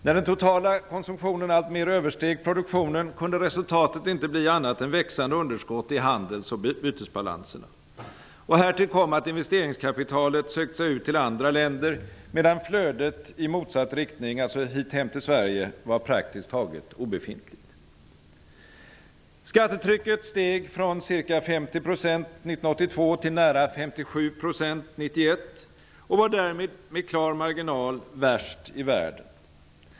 När den totala konsumtionen alltmer översteg produktionen, kunde resultatet inte bli annat än växande underskott i handels och bytesbalanserna. Härtill kom att investeringskapitalet sökte sig ut till andra länder, medan flödet i motsatt riktning, alltså hem till Sverige, var praktiskt taget obefintligt. 1991 och var därmed, med klar marginal, värst i världen.